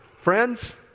Friends